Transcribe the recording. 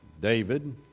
David